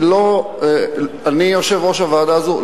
אני יושב-ראש הוועדה הזאת.